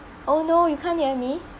oh no you can't hear me